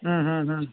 ಹ್ಞೂ ಹ್ಞೂ ಹ್ಞೂ